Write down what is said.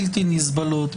בלתי נסבלות,